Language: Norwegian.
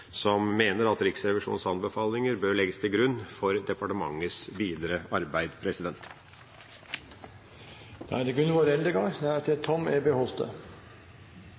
som mener at Riksrevisjonens anbefalinger bør legges til grunn for departementets videre arbeid. Eg vil først kommentera det